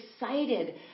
excited